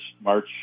march